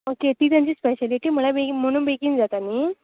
okay ती तेंची speciality म्हणून बेगीन जाता नी